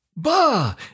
Bah